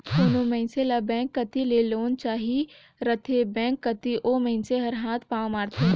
कोनो मइनसे ल बेंक कती ले लोन चाहिए रहथे बेंक कती ओ मइनसे हर हाथ पांव मारथे